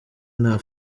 nta